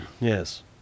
Yes